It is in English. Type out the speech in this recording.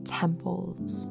temples